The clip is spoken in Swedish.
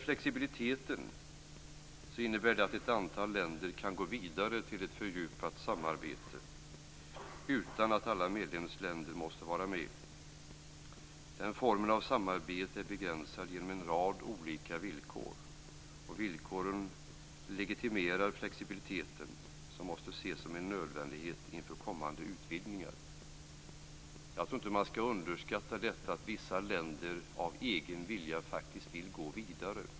Flexibiliteten innebär att ett antal länder kan gå vidare till ett fördjupat samarbete utan att alla medlemsländer måste vara med. Den formen av samarbete är begränsad genom en rad olika villkor. Villkoren legitimerar flexibiliteten, som måste ses som en nödvändighet inför kommande utvidgningar. Jag tror inte att man skall underskatta att vissa länder av egen vilja vill gå vidare.